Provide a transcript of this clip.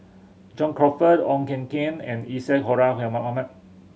John Crawfurd Koh Eng Kian and Isadhora Mohamed